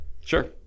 Sure